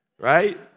Right